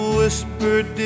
whispered